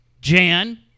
Jan